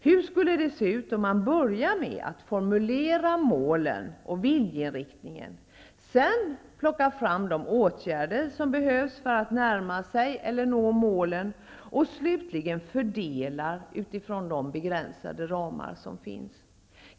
Hur skulle det se ut om man började med att formulera målen och viljeinriktningen och sedan vidtog de åtgärder som behövs för att man skall närma sig eller nå målen, och slutligen gjorde en fördelning utifrån de begränsade ramar som finns?